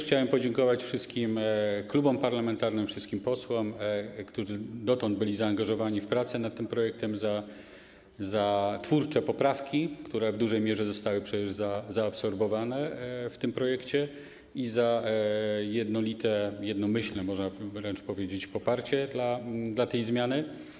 Chciałem też podziękować wszystkim klubom parlamentarnym, wszystkim posłom, którzy dotąd byli zaangażowani w prace nad tym projektem, za twórcze poprawki, które w dużej mierze zostały przecież zaabsorbowane w tym projekcie, i za jednolite, jednomyślne, można wręcz powiedzieć, poparcie dla tej zmiany.